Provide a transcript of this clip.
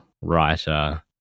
writer